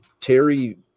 Terry